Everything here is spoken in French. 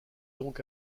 donc